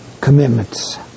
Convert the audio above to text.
Commitments